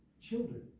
children